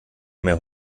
mehr